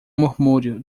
murmúrio